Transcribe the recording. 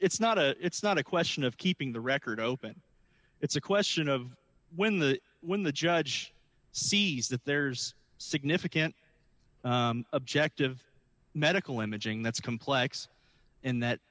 it's not a it's not a question of keeping the record open it's a question of when the when the judge sees that there's significant objective medical imaging that's complex and that